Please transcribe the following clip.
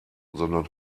sondern